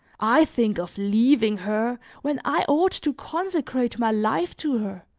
i think of leaving her when i ought to consecrate my life to her,